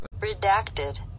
Redacted